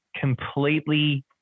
completely